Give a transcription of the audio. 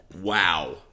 wow